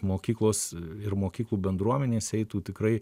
mokyklos ir mokyklų bendruomenės eitų tikrai